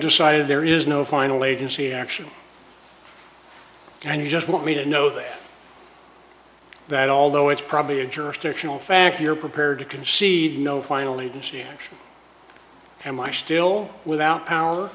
decided there is no final agency action and you just want me to know that that although it's probably a jurisdictional fact you're prepared to concede no finally this year am i still without power